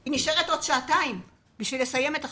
היא נשארת עוד שעתיים כדי לסיים את החקירה.